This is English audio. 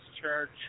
Church